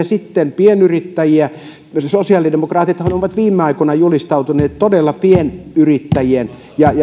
sitten vaikka pienyrittäjiä sosiaalidemokraatithan ovat viime aikoina julistautuneet todella pienyrittäjien